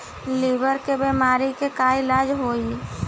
Liver के बीमारी के का इलाज होई?